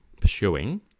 pursuing